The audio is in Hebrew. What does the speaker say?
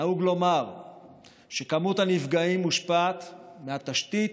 נהוג לומר שמספר הנפגעים מושפע מהתשתית,